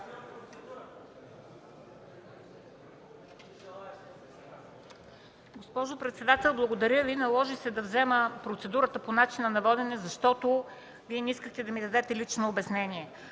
госпожо председател. Наложи се да взема процедурата по начина на водене, защото Вие не искахте да ми дадете думата за лично обяснение.